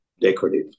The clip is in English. decorative